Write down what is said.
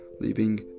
leaving